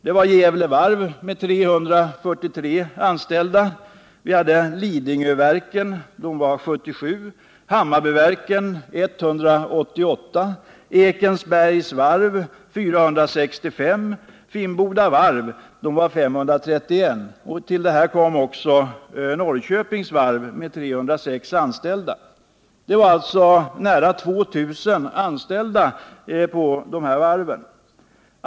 Det var Gävle Varv med 343 anställda, Lidingöverken med 77, Hammarbyverken med 188, Ekensbergs Varv med 465, Finnboda Varv med 531 och Norrköpings Varv med 306 anställda. Det var alltså nära 2 000 anställda på dessa varv.